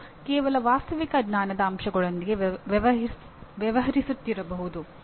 ಒಬ್ಬರು ಕೇವಲ ವಾಸ್ತವಿಕ ಜ್ಞಾನದ ಅಂಶಗಳೊಂದಿಗೆ ವ್ಯವಹರಿಸುತ್ತಿರಬಹುದು